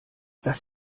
das